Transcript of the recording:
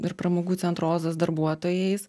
ir pramogų centro ozas darbuotojais